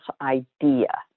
idea